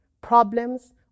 problems